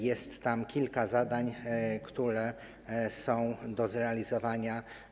Jest tam kilka zadań, które są do zrealizowania.